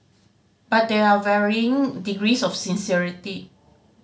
but there are varying degrees of sincerity